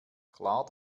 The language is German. klar